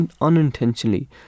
unintentionally